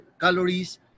calories